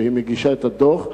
שהיא מגישה את הדוח,